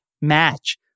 match